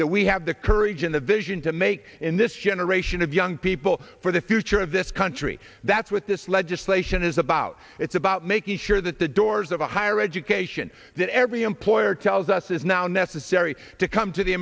that we have the courage and the vision to make in this generation of young people for the future of this country that's what this legislation is about it's about making sure that the doors of higher education that every employer tells us is now necessary to come to the